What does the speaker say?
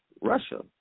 Russia